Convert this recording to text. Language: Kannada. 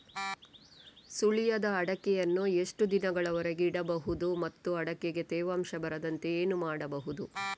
ಸುಲಿಯದ ಅಡಿಕೆಯನ್ನು ಎಷ್ಟು ದಿನಗಳವರೆಗೆ ಇಡಬಹುದು ಮತ್ತು ಅಡಿಕೆಗೆ ತೇವಾಂಶ ಬರದಂತೆ ಏನು ಮಾಡಬಹುದು?